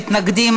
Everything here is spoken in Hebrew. מתנגדים,